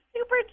super